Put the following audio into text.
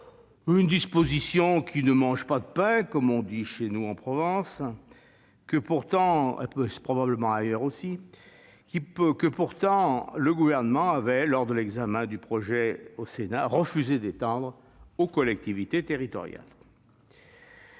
une disposition qui ne mange pas de pain, comme on dit chez nous en Provence, mais probablement ailleurs aussi. Pourtant, le Gouvernement avait, lors de l'examen du projet au Sénat, refusé de l'étendre aux collectivités territoriales.